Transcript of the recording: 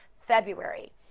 february